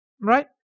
right